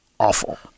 awful